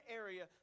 area